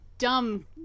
dumb